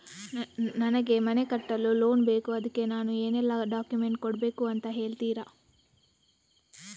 ನನಗೆ ಮನೆ ಕಟ್ಟಲು ಲೋನ್ ಬೇಕು ಅದ್ಕೆ ನಾನು ಏನೆಲ್ಲ ಡಾಕ್ಯುಮೆಂಟ್ ಕೊಡ್ಬೇಕು ಅಂತ ಹೇಳ್ತೀರಾ?